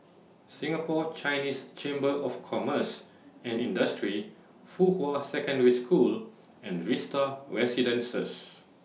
Singapore Chinese Chamber of Commerce and Industry Fuhua Secondary School and Vista Residences